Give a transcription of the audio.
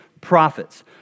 prophets